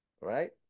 Right